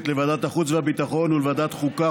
לוועדת החוץ והביטחון ולוועדת החוקה,